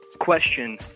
question